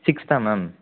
சிக்ஸ்த்தா ma'am